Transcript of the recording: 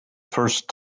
first